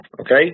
okay